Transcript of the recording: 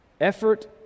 Effort